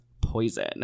poison